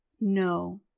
No